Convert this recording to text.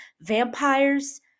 vampires